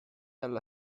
alla